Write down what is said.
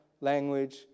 language